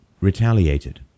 retaliated